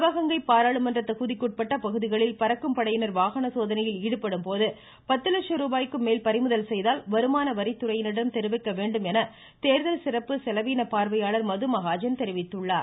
சிவகங்கை பாராளுமன்ற தொகுதிக்குட்பட்ட பகுதிகளில் பறக்கும் படையினர் வாகன சோதனையில் ஈடுபடும்போது பத்து லட்ச ரூபாய்க்கும் மேல் பறிமுதல் செய்தால் வருமான வரித்துறையினரிடம் தெரிவிக்க வேண்டும் என தேர்தல் சிறப்பு செலவின பார்வையாளர் மதுமகாஜன் தெரிவித்துள்ளார்